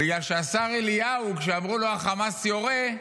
בגלל שהשר אליהו, כשאמרו לו, החמאס יורה,